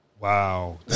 Wow